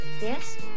Yes